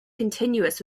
continuous